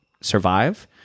survive